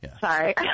Sorry